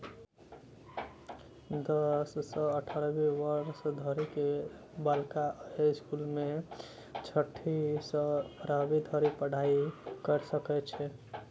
दस सं अठारह वर्ष धरि के बालिका अय स्कूल मे छठी सं बारहवीं धरि पढ़ाइ कैर सकै छै